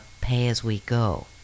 pay-as-we-go